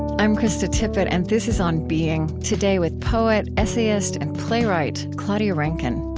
i'm krista tippett, and this is on being. today with poet, essayist, and playwright claudia rankine.